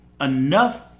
enough